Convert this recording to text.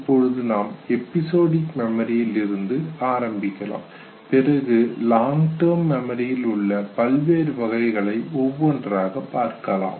இப்பொழுது நாம் எபிசொடிக் மெமரியில் இருந்து ஆரம்பிக்கலாம் பிறகு லாங் டெர்ம் மெமரியில் உள்ள பல்வேறு வகைகளை ஒவ்வொன்றாக பார்க்கலாம்